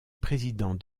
président